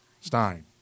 Stein